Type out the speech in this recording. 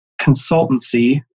consultancy